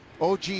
OG